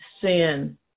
sin